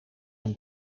een